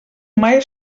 mai